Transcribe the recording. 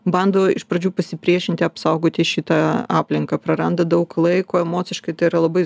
bando iš pradžių pasipriešinti apsaugoti šitą aplinką praranda daug laiko emociškai tai yra labai